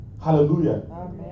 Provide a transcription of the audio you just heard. Hallelujah